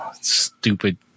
stupid